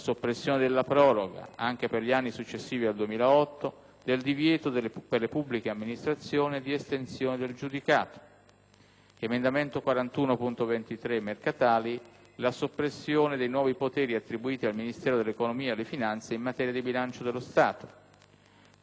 volto ad ottenere la soppressione dei nuovi poteri attribuiti al Ministero dell'economia e delle finanze in materia di bilancio dello Stato; 43.0.420, che propone il riconoscimento di trattamenti speciali di disoccupazione per i lavoratori frontalieri